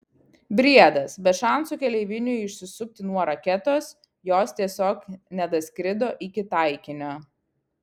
briedas be šansų keleiviniui išsisukti nuo raketos jos tiesiog nedaskrido iki taikinio